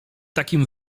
takim